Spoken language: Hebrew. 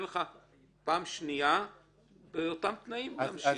לך בפעם השנייה באותם תנאים להמשיך.